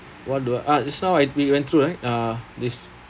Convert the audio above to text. what do I just now I we went through right uh this